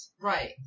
Right